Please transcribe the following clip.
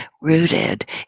rooted